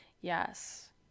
yes